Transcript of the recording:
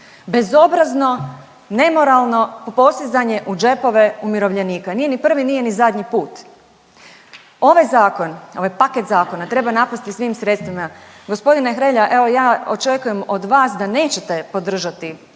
Bezobrazno, nemoralno posizanje u džepove umirovljenika. Nije ni prvi, nije ni zadnji put. Ovaj zakon, ovaj paket zakona treba napasti svim sredstvima. Gospodine Hrelja evo ja očekujem od vas da nećete podržati